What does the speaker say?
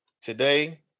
today